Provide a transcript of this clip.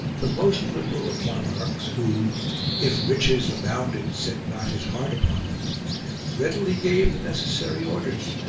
the most liberal of monarchs, who if riches abounded set not his heart upon them readily gave the necessary orders,